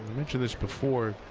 mentioned this before,